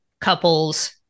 couples